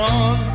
on